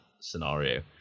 scenario